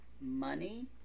money